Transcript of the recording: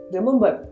Remember